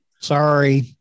Sorry